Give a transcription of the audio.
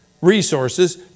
resources